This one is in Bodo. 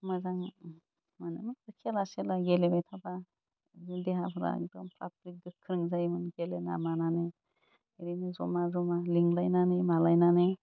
मोजां मोनोमोन खेला सेला गेलेबाय थाबा देहाफ्रा एकदम फ्राद फ्रिद गोख्रों जायोमोन गेलेना मानानै ओरैनो जमा जमा लिंलायनानै मालायनानै